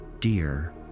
Dear